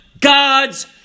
God's